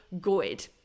good